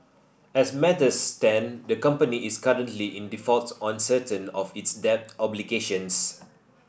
as matters stand the company is currently in default on certain of its debt obligations